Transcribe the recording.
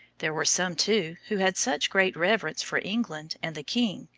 there were some, too, who had such great reverence for england and the king,